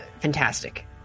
Fantastic